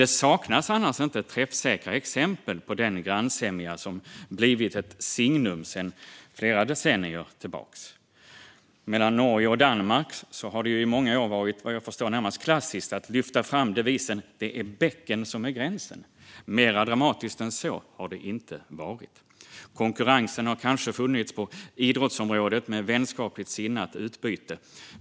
Det saknas annars inte träffsäkra exempel på den grannsämja som har blivit ett signum sedan decennier tillbaka. Mellan Norge och Värmland har det i många år varit närmast klassiskt att lyfta fram devisen "det är bäcken som är gränsen". Mer dramatiskt än så har det inte varit. Konkurrens har kanske funnits på idrottsområdet med vänskapligt sinnat utbyte.